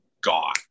God